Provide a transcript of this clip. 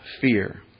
fear